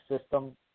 System